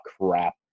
crap